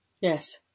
Yes